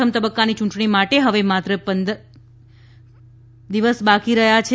પ્રથમ તબ્બકાની ચૂંટણી માટે હવે માત્ર પંદર દિવસ જ બાકી રહ્યા છે